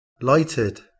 lighted